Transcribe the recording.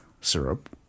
syrup